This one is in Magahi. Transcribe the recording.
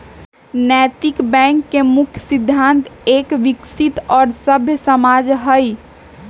नैतिक बैंक के मुख्य सिद्धान्त एक विकसित और सभ्य समाज हई